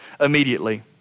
immediately